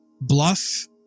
Bluff